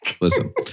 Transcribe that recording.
Listen